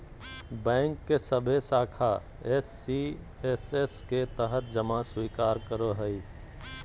bank के सभे शाखा एस.सी.एस.एस के तहत जमा स्वीकार करो हइ